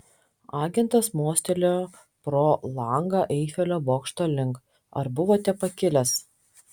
agentas mostelėjo pro langą eifelio bokšto link ar buvote pakilęs